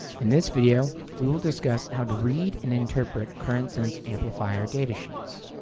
in this video, we will discuss how to read and interpret current sense amplifier datasheets.